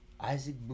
Isaac